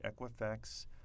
Equifax